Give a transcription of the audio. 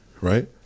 Right